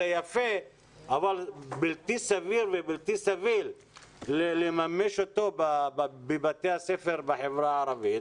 זה יפה אבל בלתי סביר ובלתי סביל לממש את זה בבתי הספר בחברה הערבית.